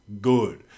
good